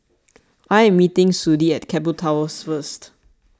I am meeting Sudie at Keppel Towers First